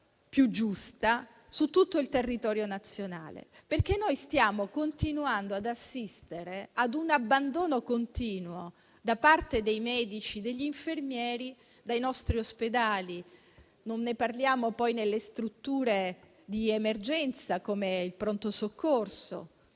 e giusta su tutto il territorio nazionale. Infatti continuiamo ad assistere a un abbandono continuo, da parte dei medici e degli infermieri, dei nostri ospedali, per non parlare delle strutture di emergenza (pronto soccorso)